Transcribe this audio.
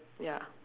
ya